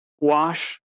wash